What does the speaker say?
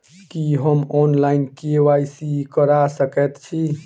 की हम online, KYC करा सकैत छी?